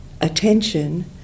attention